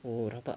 oh rabak